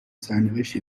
سرنوشتی